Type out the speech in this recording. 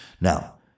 Now